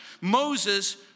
Moses